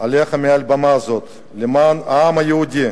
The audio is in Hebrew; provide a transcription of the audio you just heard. מעל במה זו, למען העם היהודי,